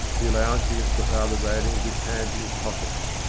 he lounged against the farther railing with his hands in his pockets,